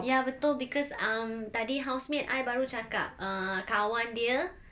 ya betul because um tadi house mate I baru cakap uh kawan dia